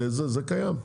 זה קיים.